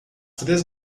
três